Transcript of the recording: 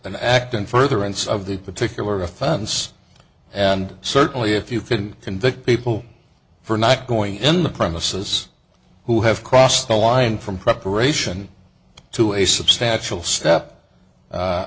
an act in furtherance of the particular offense and certainly if you can convict people for not going in the premises who have crossed the line from preparation to a substantial